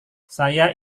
saya